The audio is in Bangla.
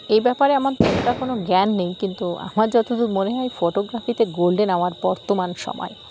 এই ব্যাপারে আমার অতটা কোনো জ্ঞান নেই কিন্তু আমার যতদূর মনে হয় ফটোগ্রাফিতে গোল্ডেন আওয়ার বর্তমান সময়